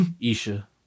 Isha